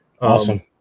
awesome